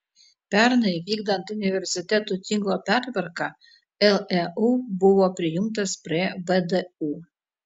pernai vykdant universitetų tinklo pertvarką leu buvo prijungtas prie vdu